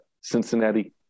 cincinnati